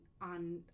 on